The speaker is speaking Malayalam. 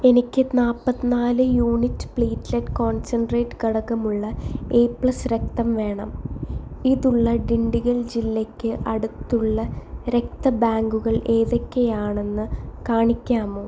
എനിക്ക് നാൽപ്പത്തിനാല് യൂണിറ്റ് പ്ലേറ്റ്ലറ്റ് കോൺസെൻട്രേറ്റ് ഘടകമുള്ള എ പ്ലസ്സ് രക്തം വേണം ഇതുള്ള ഡിണ്ടിഗൽ ജില്ലയ്ക്ക് അടുത്തുള്ള രക്തബാങ്കുകൾ ഏതൊക്കെയാണെന്ന് കാണിക്കാമോ